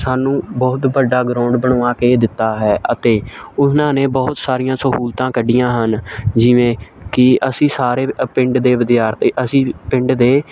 ਸਾਨੂੰ ਬਹੁਤ ਵੱਡਾ ਗਰਾਉਂਡ ਬਣਵਾ ਕੇ ਦਿੱਤਾ ਹੈ ਅਤੇ ਉਨਾਂ ਨੇ ਬਹੁਤ ਸਾਰੀਆਂ ਸਹੂਲਤਾਂ ਕੱਢੀਆਂ ਹਨ ਜਿਵੇਂ ਕਿ ਅਸੀਂ ਸਾਰੇ ਪਿੰਡ ਦੇ ਵਿਦਿਆਰਥੀ ਅਸੀਂ ਪਿੰਡ ਦੇ